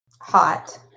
Hot